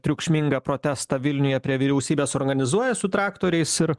triukšmingą protestą vilniuje prie vyriausybės organizuoja su traktoriais ir